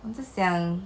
我在想 three wishes 哪里够